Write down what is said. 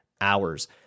hours